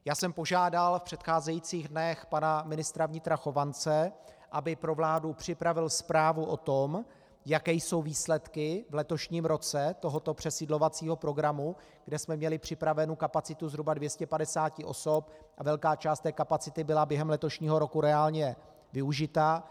Já jsem požádal v předcházejících dnech pana ministra vnitra Chovance, aby pro vládu připravil zprávu o tom, jaké jsou výsledky v letošním roce tohoto přesídlovacího programu, kde jsme měli připravenu kapacitu zhruba 250 osob a velká část té kapacity byla během letošího roku reálně využita.